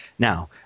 Now